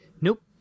Nope